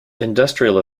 industrial